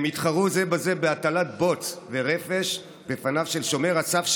הם התחרו זה בזה בהטלת בוץ ורפש בפניו של שומר הסף,